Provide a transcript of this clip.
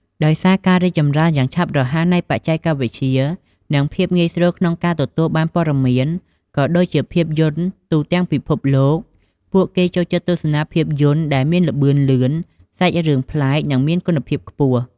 ដោយសារការរីកចម្រើនយ៉ាងឆាប់រហ័សនៃបច្ចេកវិទ្យា និងភាពងាយស្រួលក្នុងការទទួលបានព័ត៌មាន ក៏ដូចជាភាពយន្តទូទាំងពិភពលោក ពួកគេចូលចិត្តទស្សនាភាពយន្តដែលមានល្បឿនលឿន សាច់រឿងប្លែក និងមានគុណភាពខ្ពស់។